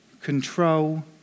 control